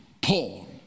Paul